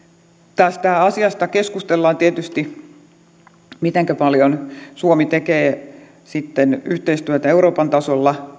tästä asiasta keskustellaan tietysti mitenkä paljon suomi tekee sitten yhteistyötä euroopan tasolla